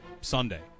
Sunday